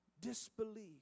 Disbelief